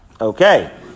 Okay